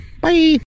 Bye